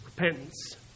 Repentance